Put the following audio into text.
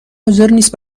حاضرنیست